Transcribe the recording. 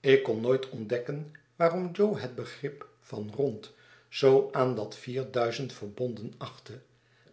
ik kon nooit ontdekken waarom jo het begrip van rond zoo aan dat van vier duizend verbonden achtte